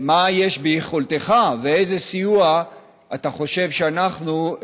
מה יש ביכולתך ואיזה סיוע אתה חושב שאנחנו,